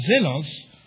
zealous